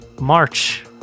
March